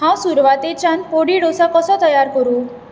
हांव सुरवातेच्यान पोडी डोसा कसो तयार करूं